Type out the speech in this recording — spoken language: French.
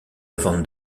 van